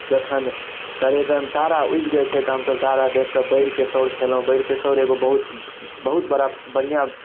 जखन तरेगन तारा उगि जाइ छै तऽ हमसभ तारा देखिकऽ बैर केसौर खेलहुँ बैर केसौर एगो बहुत बहुत बड़ा बढ़िआँ